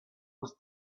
was